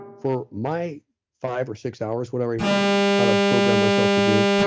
for my five or six hours, whatever i thought i'd programmed myself to do,